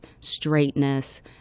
straightness